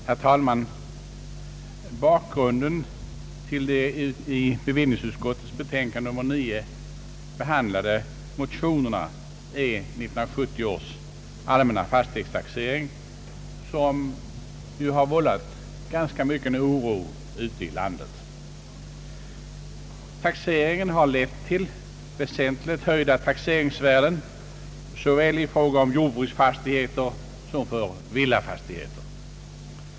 Herr talman! Bakgrunden till de i bevillningsutskottets betänkande nr 8 behandlade motionerna är 1970 års all männa fastighetstaxering, som har vållat ganska mycken oro ute i landet. Taxeringen har lett till väsentligt höjda taxeringsvärden i fråga om såväl jordbrukssom villafastigheter.